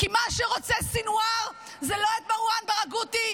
כי מה שרוצה סנוואר זה לא את מרואן ברגותי,